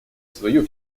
свою